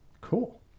Cool